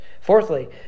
Fourthly